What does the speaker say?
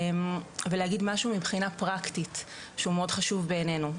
ולהגיד משהו מבחינה פרקטית שהוא מאוד חשוב בעינינו.